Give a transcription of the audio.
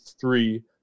three